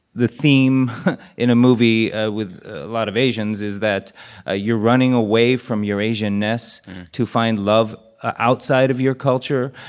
the theme in a movie with a lot of asians is that ah you're running away from your asian-ness to find love ah outside outside of your culture.